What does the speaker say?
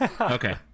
okay